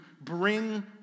bring